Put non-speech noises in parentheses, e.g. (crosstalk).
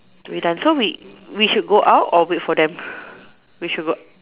we done so we we should go out or wait for them (breath) we should go out